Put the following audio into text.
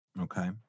Okay